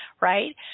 right